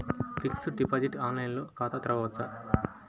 Fixed deposit online ఖాతా తెరువవచ్చా?